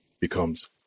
becomes